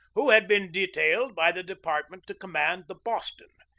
who had been detailed by the department to com mand the boston.